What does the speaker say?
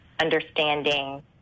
understanding